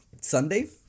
Sunday